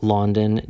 London